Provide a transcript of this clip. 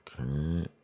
Okay